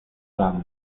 lane